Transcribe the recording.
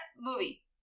movie